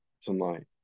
tonight